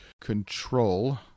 control